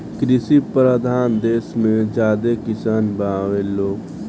कृषि परधान देस मे ज्यादे किसान बावे लोग